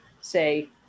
say